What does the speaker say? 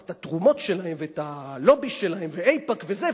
את התרומות שלהם ואת הלובי שלהם ואיפא"ק וזה,